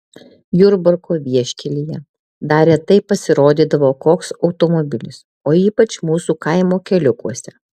jurbarko vieškelyje dar retai pasirodydavo koks automobilis o ypač mūsų kaimo keliukuose